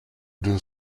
deux